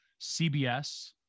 CBS